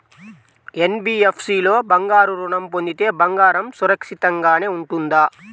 NBFC లో బంగారు ఋణం పొందితే బంగారం సురక్షితంగానే ఉంటుందా?